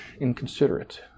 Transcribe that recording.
inconsiderate